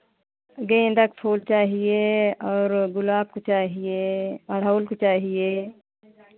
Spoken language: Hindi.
गेंदा का फूल चाहिए और वो गुलाब का फूल चाहिए अरहुल का चाहिए